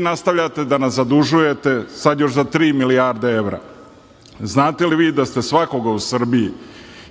nastavljate da nas zadužujete sada sa još tri milijarde evra. Znate li vi da ste svakoga u Srbiji